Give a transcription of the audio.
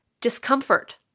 discomfort